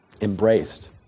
embraced